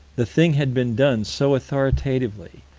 the thing had been done so authoritatively.